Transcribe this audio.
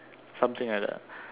something like that